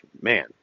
man